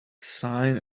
sine